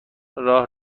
راه